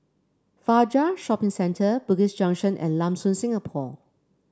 Fajar Shopping Centre Bugis Junction and Lam Soon Singapore